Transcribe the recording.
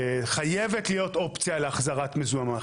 חייבת להיות אופציה להחזרת מזומן.